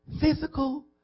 physical